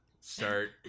start